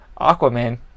Aquaman